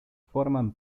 forman